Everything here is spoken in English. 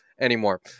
anymore